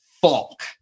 Falk